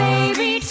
Baby